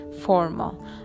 formal